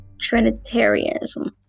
Trinitarianism